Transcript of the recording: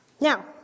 Now